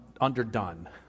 underdone